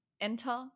enter